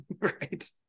right